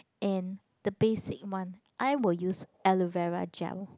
and the basic one I will use aloe vera gel